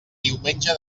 diumenge